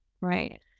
right